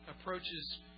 approaches